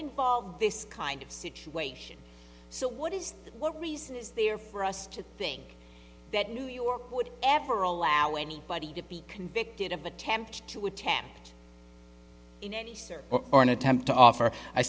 involve this kind of situation so what is what reason is there for us to think that new york would ever allow any body to be convicted of attempt to attempt there are an attempt to offer i